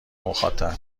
مخاطب